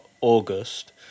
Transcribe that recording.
August